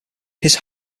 his